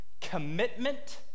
commitment